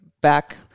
back